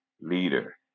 leader